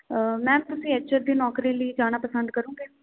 ma'am ਤੁਸੀਂ H R ਦੀ ਨੌਕਰੀ ਲਈ ਜਾਣਾ ਪਸੰਦ ਕਰੋਗੇ